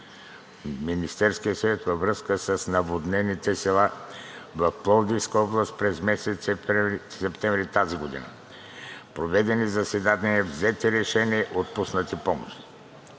Министерския съвет във връзка с наводнените села в Пловдивска област през месец септември тази година – проведени заседания, взети решения и отпусната помощ.